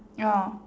ya